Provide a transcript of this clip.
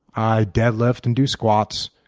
i dead lift and do squats.